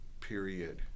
period